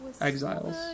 Exiles